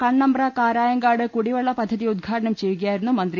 കണ്ണമ്പ്ര കരായങ്കാട് കുടിവെള്ള പദ്ധതി ഉദ്ഘാടനം ചെയ്യുകയായിരുന്നു മന്ത്രി